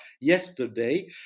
yesterday